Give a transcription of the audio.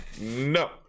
no